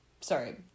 sorry